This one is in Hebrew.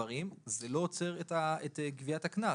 זה לא עוצר את גביית הקנס.